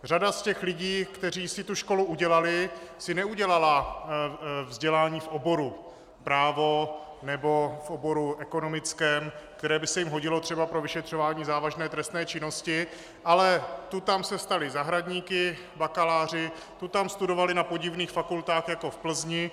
Řada z těch lidí, kteří si tu školu udělali, si neudělala vzdělání v oboru právo nebo v oboru ekonomickém, které by se jim hodilo třeba pro vyšetřování závažné trestné činnosti, ale tu tam se stali zahradníky, bakaláři, tu tam studovali na podivných fakultách jako v Plzni.